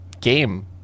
game